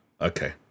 Okay